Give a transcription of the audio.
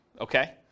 okay